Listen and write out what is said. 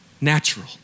natural